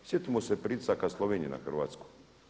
Sjetimo se pritisaka Slovenije na Hrvatsku.